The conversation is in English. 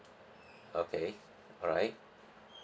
okay all right